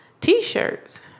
T-shirts